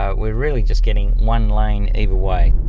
ah we're really just getting one lane either way.